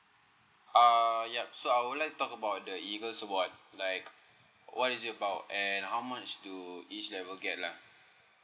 uh yup so I would like to talk about the eagles award like what is it about and how much do each level get lah